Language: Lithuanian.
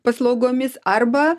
paslaugomis arba